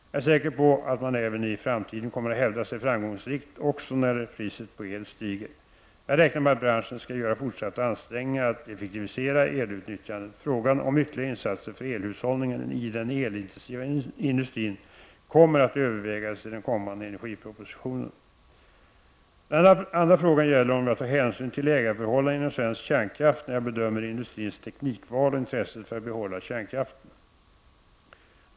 Jag är säker på att man även i framtiden kommer att hävda sig framgångsrikt, också när priset på el stiger. Jag räknar med att branschen skall göra fortsatta ansträngningar att effektivisera elutnyttjandet. Frågan om ytterligare insatser för elhushållningen i den elintensiva industrin kommer att övervägas i den kommande energipropositionen. Den andra frågan gäller om jag tar hänsyn till ägarförhållandena inom svensk kärnkraft när jag bedömer industrins teknikval och intresset av att behålla kärnkraften.